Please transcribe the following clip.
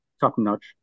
top-notch